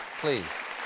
Please